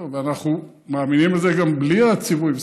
ואנחנו מאמינים בזה גם בלי הציווי.